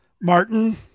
Martin